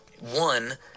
One